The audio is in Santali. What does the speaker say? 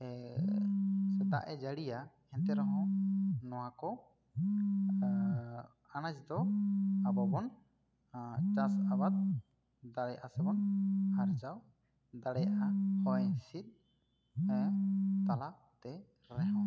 ᱥᱮ ᱫᱟᱜ ᱡᱟᱹᱲᱤᱭᱟ ᱮᱱᱮᱛᱮ ᱨᱮᱦᱚᱸ ᱱᱚᱣᱟ ᱠᱚ ᱟᱱᱟᱡᱽ ᱫᱚ ᱟᱵᱚ ᱵᱚᱱ ᱪᱟᱥ ᱟᱵᱟᱫ ᱫᱟᱲᱮᱭᱟᱜᱼᱟ ᱥᱮ ᱵᱚᱱ ᱟᱨᱡᱟᱣ ᱫᱟᱲᱮᱭᱟᱜᱼᱟ ᱦᱚᱭ ᱦᱤᱥᱤᱫ ᱛᱟᱞᱟ ᱛᱮ ᱨᱮᱦᱚᱸ